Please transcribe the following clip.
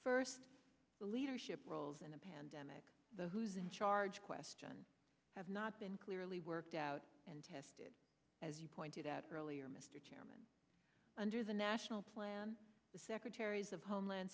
first the leadership roles in a pandemic the who's in charge question have not been clearly worked out and tested as you pointed out earlier mr chairman under the national plan the secretaries of homeland